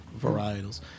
Varietals